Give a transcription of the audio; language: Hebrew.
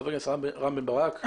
חבר הכנסת רם בן ברק.